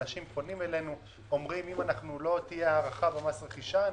אנשים פונים אלינו ואומרים אם לא תהיה הארכה במס רכישה,